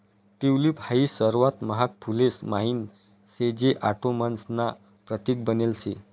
tulip हाई सर्वात महाग फुलेस म्हाईन शे जे ऑटोमन्स ना प्रतीक बनेल शे